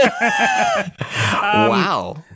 Wow